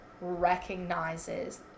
recognizes